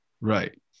Right